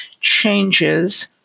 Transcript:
changes